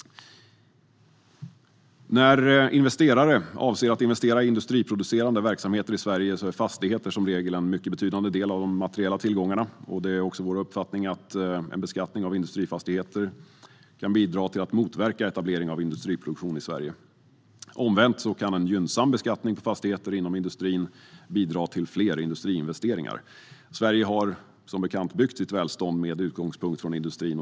När investerare avser att investera i industriproducerande verksamheter i Sverige är fastigheter som regel en mycket betydande del av de materiella tillgångarna. Vår uppfattning är att en beskattning av industrifastigheter kan bidra till att motverka etablering av industriproduktion i Sverige. Omvänt kan en gynnsam beskattning av fastigheter inom industrin bidra till fler industriinvesteringar. Sverige har, som bekant, byggt sitt välstånd med utgångspunkt från industrin.